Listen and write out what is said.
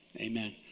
amen